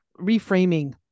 reframing